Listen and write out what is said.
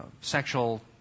sexual